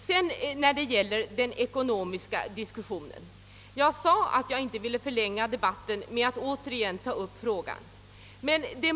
Sedan skall jag här inte förlänga den ekonomiska diskussionen.